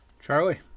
Charlie